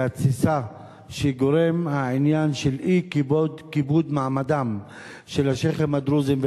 שהתסיסה שגורם העניין של אי-כיבוד מעמדם של השיח'ים הדרוזים,